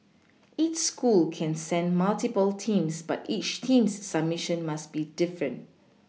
each school can send multiple teams but each team's subMission must be different